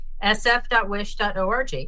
sf.wish.org